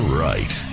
right